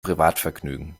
privatvergnügen